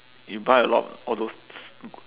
you buy a lot all those